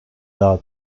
out